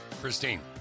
Christine